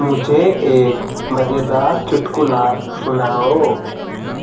मुझे एक मज़ेदार चुटकुला सुनाओ